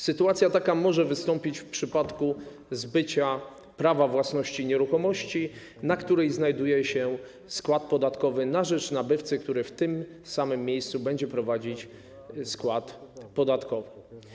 Sytuacja taka może wystąpić w przypadku zbycia prawa własności nieruchomości, na której znajduje się skład podatkowy, na rzecz nabywcy, który w tym samym miejscu będzie prowadzić skład podatkowy.